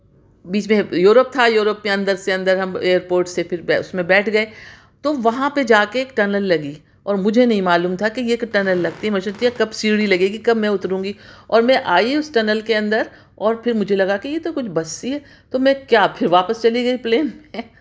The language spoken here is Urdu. بیچ میں یوروپ تھا یوروپ میں اندر سے اندر ہم ائیر پورٹ سے پھر پہ اُس میں بیٹھ گئے تو وہاں پہ جا کے ایک ٹنل لگی اور مجھے نہیں معلوم تھا کہ یہ ایک ٹنل لگتی میں سوچ رہی تھی کب سیڑھی لگے گی کب میں اتروں گی اور میں آئی اُس ٹنل کے اندر اور پھر مجھے لگا کہ یہ تو کچھ بس سی ہے تو میں کیا پھر واپس چلی گئی پلین میں